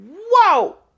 Whoa